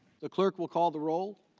the clerk will call the role.